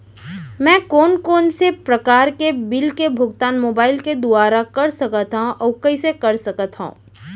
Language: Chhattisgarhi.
मैं कोन कोन से प्रकार के बिल के भुगतान मोबाईल के दुवारा कर सकथव अऊ कइसे कर सकथव?